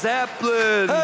Zeppelin